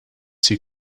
too